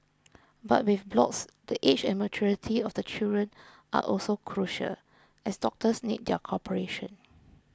but with blocks the age and maturity of the children are also crucial as doctors need their cooperation